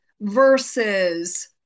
versus